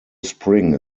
spring